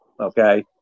okay